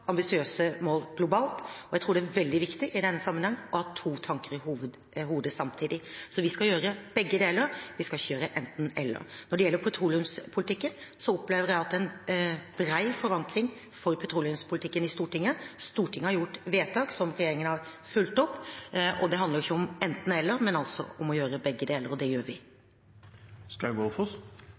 ambisiøse mål globalt. Jeg tror det er veldig viktig i denne sammenhengen å ha to tanker i hodet samtidig, så vi skal gjøre begge deler, vi skal ikke gjøre enten–eller. Når det gjelder petroleumspolitikken, opplever jeg at den har bred forankring i Stortinget. Stortinget har gjort vedtak som regjeringen har fulgt opp, og det handler ikke om enten–eller, men om å gjøre begge deler – og det gjør